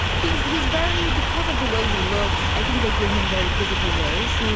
he's he's very because of the way he looks. i think they give him very physical roles.